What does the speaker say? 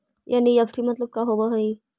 NEFT मतलब का होब हई?